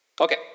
Okay